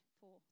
four